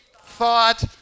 thought